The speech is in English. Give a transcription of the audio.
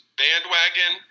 bandwagon